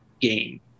game